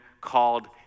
called